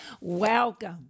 welcome